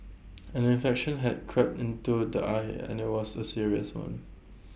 an infection had crept into the eye and IT was A serious one